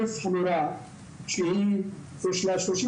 המורה שיש לה 32